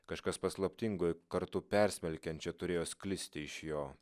kažkas paslaptingo ir kartu persmelkiančio turėjo sklisti iš jo